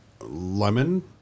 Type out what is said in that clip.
lemon